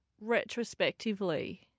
retrospectively